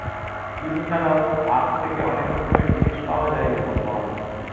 চিনি ছাড়াও আখ থেকে অনেক রকমের জিনিস পাওয়া যায় যেমন মদ